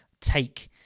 take